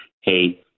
Hey